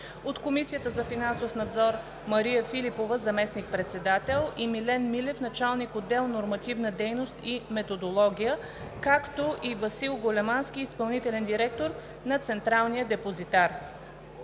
от Комисията за финансов надзор: Мария Филипова – заместник-председател, и Милен Милев – началник на отдел „Нормативна дейност и методология“, както и Васил Големански – изпълнителен директор на Централния депозитар.